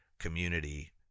community